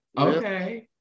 Okay